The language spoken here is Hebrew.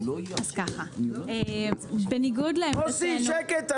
אז ככה - בניגוד לגישתנו בדרך כלל, לפיה אנחנו